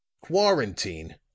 Quarantine